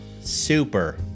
super